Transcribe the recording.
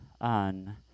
on